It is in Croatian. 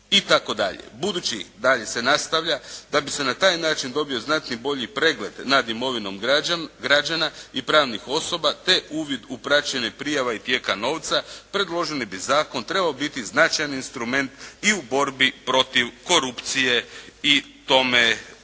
Budući, dalje se nastavlja, da bi se na taj način dobio znatni i bolji pregled nad imovinom građana i pravnih osoba te uvid u praćenje prijava i tijeka novca predloženi bi zakon trebao biti značajan instrument i u borbi protiv korupcije i tome slično.